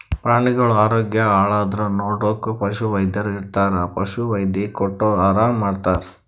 ಪ್ರಾಣಿಗಳ್ ಆರೋಗ್ಯ ಹಾಳಾದ್ರ್ ನೋಡಕ್ಕ್ ಪಶುವೈದ್ಯರ್ ಇರ್ತರ್ ಪಶು ಔಷಧಿ ಕೊಟ್ಟ್ ಆರಾಮ್ ಮಾಡ್ತರ್